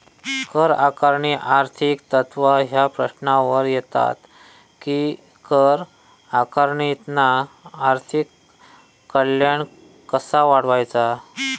कर आकारणीची आर्थिक तत्त्वा ह्या प्रश्नावर येतत कि कर आकारणीतना आर्थिक कल्याण कसा वाढवायचा?